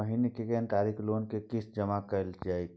महीना के कोन तारीख मे लोन के किस्त जमा कैल जेतै?